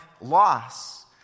loss